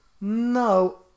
no